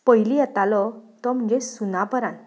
पयलीं येतालो तो म्हणजे सुनापरान्त